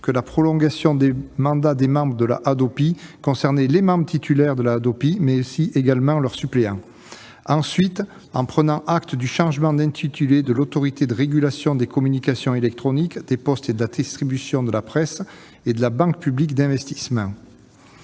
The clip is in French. que la prolongation des mandats des membres de la Hadopi concernerait les membres titulaires, mais également leurs suppléants. Elle a également pris acte du changement de nom de l'Autorité de régulation des communications électroniques, des postes et de la distribution de la presse et de la Banque publique d'investissement,